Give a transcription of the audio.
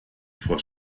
vor